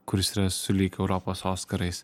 kuris yra sulig europos oskarais